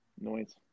Noise